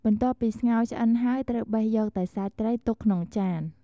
បន្ទាប់ពីស្ងោរឆ្អិនហើយ ត្រូវបេះយកតែសាច់ត្រីទុកក្នុងចាន។